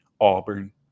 Auburn